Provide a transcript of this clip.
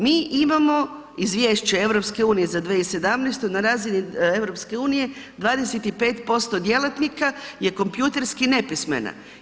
Mi imamo izvješće EU-a za 2017., na razini EU-a 25% djelatnika je kompjuterski nepismena.